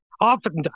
Often